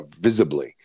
visibly